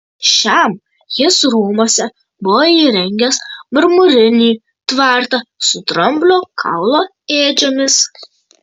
šiam jis rūmuose buvo įrengęs marmurinį tvartą su dramblio kaulo ėdžiomis